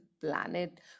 planet